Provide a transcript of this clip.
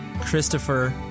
Christopher